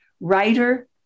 writer